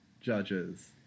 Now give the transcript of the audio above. judges